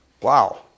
Wow